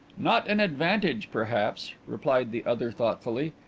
not an advantage perhaps, replied the other thoughtfully.